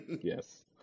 yes